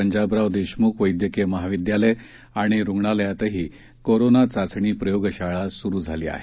पंजाबराव देशमुख वैद्यकीय महाविद्यालय आणि रुग्णालयातही कोरोना चाचणी प्रयोगशाळा सुरू झाली आहे